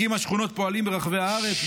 הקימה שכונות פועלים ברחבי הארץ,